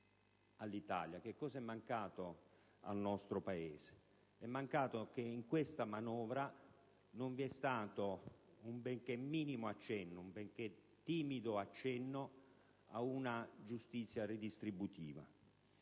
Che cosa è mancato al nostro Paese? È mancato che in questa manovra non vi è stato un benché minimo, timido accenno ad una giustizia redistributiva.